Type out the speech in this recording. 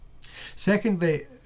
Secondly